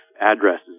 addresses